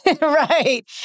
Right